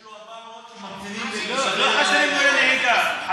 יש, 400 שממתינים, לא,